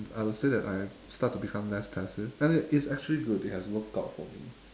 I would say that I start to become less passive and it it's actually good it has worked out for me